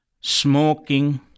smoking